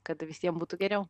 kad visiem būtų geriau